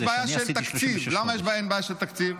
יש בעיה של תקציב.